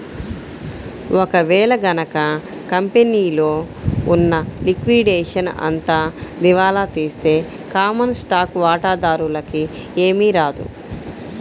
ఒక వేళ గనక కంపెనీలో ఉన్న లిక్విడేషన్ అంతా దివాలా తీస్తే కామన్ స్టాక్ వాటాదారులకి ఏమీ రాదు